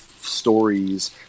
stories